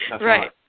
right